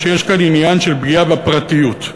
שיש כאן עניין של פגיעה בפרטיות,